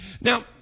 now